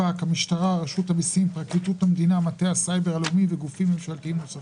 ומבקש ממך להציג לנו את עיקרי